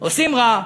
עושים רע.